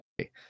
Okay